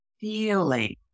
feeling